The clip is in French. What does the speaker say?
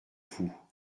vous